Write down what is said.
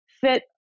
fit